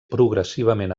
progressivament